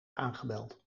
aangebeld